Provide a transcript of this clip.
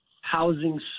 housing